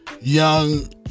Young